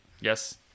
yes